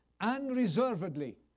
unreservedly